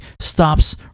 stops